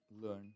learn